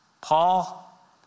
Paul